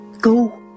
go